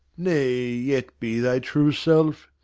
nay, yet be thy true self!